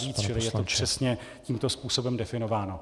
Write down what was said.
Čili je to přesně tímto způsobem definováno.